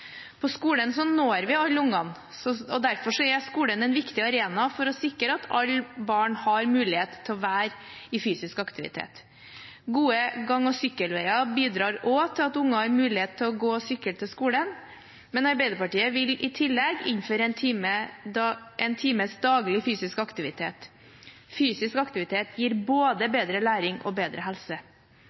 På skolen når vi alle ungene, og derfor er skolen en viktig arena for å sikre at alle barn har mulighet til å være i fysisk aktivitet. Gode gang- og sykkelveier bidrar også til at unger har mulighet til å gå og sykle til skolen, men Arbeiderpartiet vil i tillegg innføre en times fysisk aktivitet daglig. Fysisk aktivitet gir både bedre læring og bedre helse.